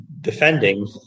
defending